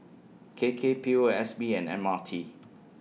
K K P O S B and M R T